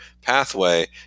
pathway